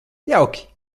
jauki